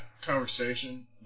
conversation